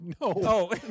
No